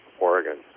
Oregon